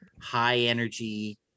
high-energy